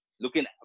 looking